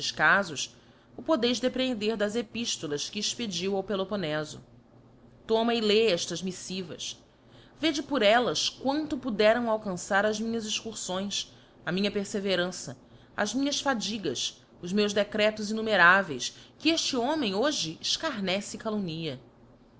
cafos o podeis deprehender das epiftolas que expediu ao peloponefo toma e lê eftas miflivas vede por ellas quanto poderam alcançar as rainhas excurloes a minha perfeverança as minhas fadigas os meus decretos innumeraveis que efte homem hoje efcamece e calumnia